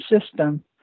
system